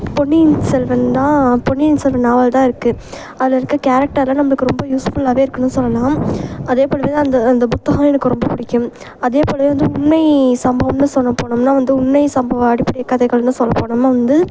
பொன்னியின் செல்வன் தான் பொன்னியின் செல்வன் நாவல் தான் இருக்குது அதில் இருக்கற கேரக்டரெலாம் நம்பளுக்கு ரொம்ப யூஸ்ஃபுல்லாகவே இருக்குதுனு சொல்லலாம் அதே போலவே தான் அந்த அந்த புத்தகம் எனக்கு ரொம்ப பிடிக்கும் அதே போலவே வந்து உண்மை சம்பவம்னு சொல்ல போனோம்னால் வந்து உண்மை சம்பவம் அடிப்படை கதைகள்னு சொல்ல போனோம்னால் வந்து